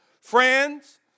Friends